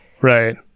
Right